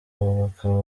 bakaba